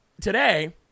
today